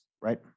right